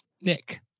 Nick